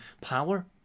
power